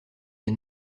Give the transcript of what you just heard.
les